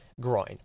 groin